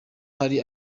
hari